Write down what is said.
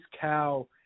cow